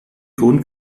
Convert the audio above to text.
grund